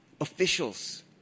officials